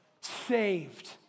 Saved